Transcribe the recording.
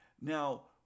Now